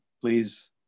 Please